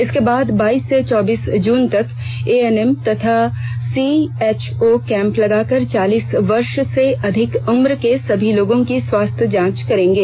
इसके बाद बाइस से चौबीस जून तक एएनएम तथा सीएचओ कैंप लगाकर चालीस वर्ष से अधिक उम्र के सभी लोगों की स्वास्थ्य जांच करेंगे